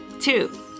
Two